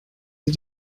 sie